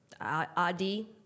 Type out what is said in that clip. Adi